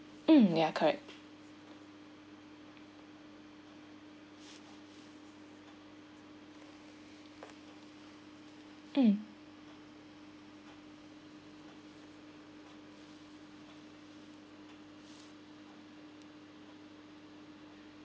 mm ya correct mm